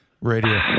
Radio